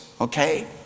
okay